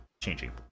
changing